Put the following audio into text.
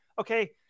Okay